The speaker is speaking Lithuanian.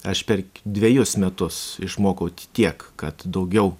aš per dvejus metus išmokau tiek kad daugiau